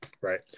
Right